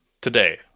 today